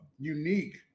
unique